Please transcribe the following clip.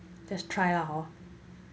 just try lah lor